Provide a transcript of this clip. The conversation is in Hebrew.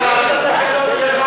זה מה שאתה יודע לעשות,